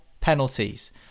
penalties